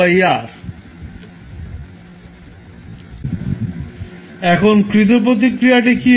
এখন কৃত প্রতিক্রিয়া কী হবে